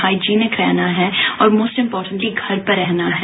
hygienic रहना है और मोस्ट इम्पोर्टेट हमें घर पर रहना है